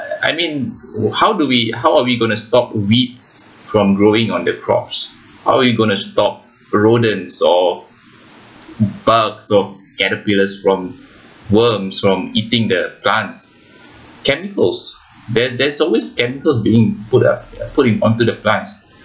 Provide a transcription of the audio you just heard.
I mean how do we how are we going to stop weeds from growing on the crops how we going to stop the rodents or bugs or caterpillars from worms from eating the plants chemicals there there's always chemicals being put put in onto the plants